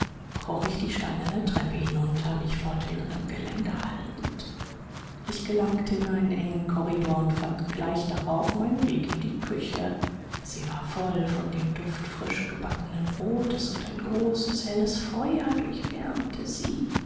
kroch ich die steinerne treppe hinunter mich fortwährend am geländer haltend ich gelangte in einen engen korridor und fand gleich darauf meinen weg in die küche sie war voll von dem duft frisch gebackenen brotes und ein großes helles feuer durchwärmte sie